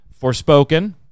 Forspoken